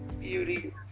Beauty